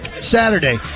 Saturday